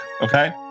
okay